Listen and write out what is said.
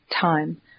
time